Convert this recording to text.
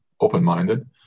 open-minded